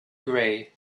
gray